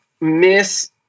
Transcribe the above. miss